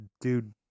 dude